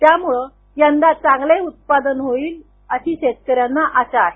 त्यामुळे यंदा चांगले उत्पादन होईल अशी शेतकरयांना आशा आहे